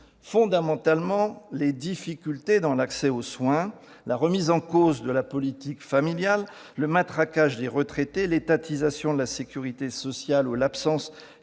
Fondamentalement, les difficultés dans l'accès aux soins, la remise en cause de la politique familiale, le matraquage des retraités, l'étatisation de la sécurité sociale ou l'absence